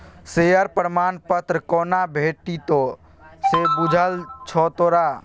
Share प्रमाण पत्र कोना भेटितौ से बुझल छौ तोरा?